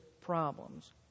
problems